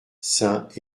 saint